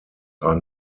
are